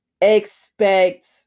expect